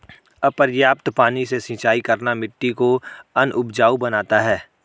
अपर्याप्त पानी से सिंचाई करना मिट्टी को अनउपजाऊ बनाता है